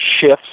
shifts